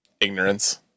ignorance